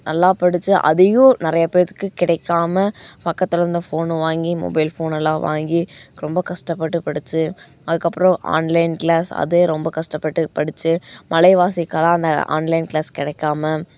நல்லா படித்து அதையும் நிறையா பேத்துக்கு கிடைக்காமல் பக்கத்துலருந்து ஃபோனு வாங்கி மொபைல் ஃபோனெல்லாம் வாங்கி ரொம்ப கஷ்டப்பட்டு படித்து அதுக்கப்புறம் ஆன்லைன் கிளாஸ் அதே ரொம்ப கஷ்டப்பட்டு படித்து மலைவாசிக்கெல்லாம் அந்த ஆன்லைன் கிளாஸ் கிடைக்காம